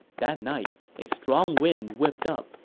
that night a strong wind whipped up,